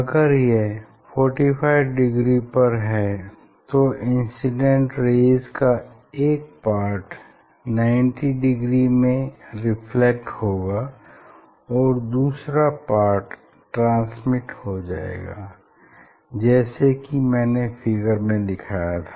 अगर यह 45 डिग्री पर है तो इंसिडेंट रेज़ का एक पार्ट 90 डिग्री में रिफ्लेक्ट होगा और दूसरा पार्ट ट्रांसमिट हो जाएगा जैसा कि मैंने फिगर में दिखाया था